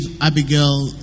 abigail